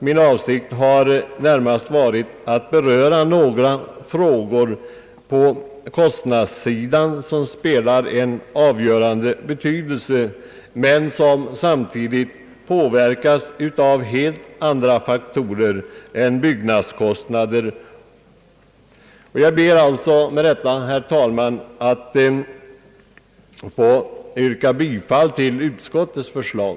Min avsikt har närmast varit att beröra några faktorer på kostnadssidan vilka spelar en avgörande roll. Jag har med andra ord velat visa att boendekostnaderna också påverkas av helt andra faktorer än byggnadskostnader. Jag ber, herr talman, att med dessa reflexioner få yrka bifall till utskottets förslag.